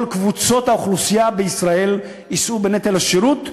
קבוצות האוכלוסייה בישראל יישאו בנטל השירות,